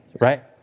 Right